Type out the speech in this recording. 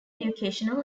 educational